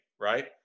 right